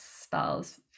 spells